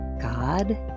God